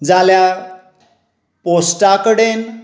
जाल्या पोस्टा कडेन